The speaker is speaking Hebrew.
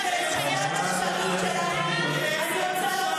אנחנו נעלה,